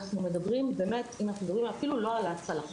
אם אנחנו מדברים אפילו לא על הצלחות,